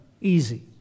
easy